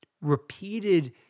repeated